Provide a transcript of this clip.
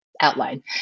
outline